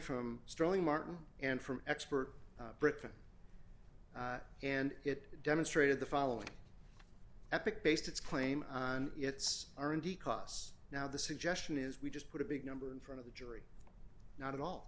from strong martin and from expert britain and it demonstrated the following epic based its claim on its r and d costs now the suggestion is we just put a big number in front of the jury not at all